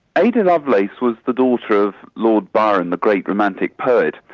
ada lovelace was the daughter of lord byron the great romantic poet,